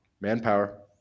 manpower